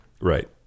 Right